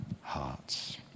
hearts